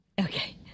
Okay